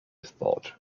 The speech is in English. thought